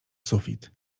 sufit